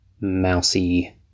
mousy